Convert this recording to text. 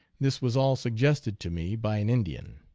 this was all suggested to me by an indian.